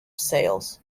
sales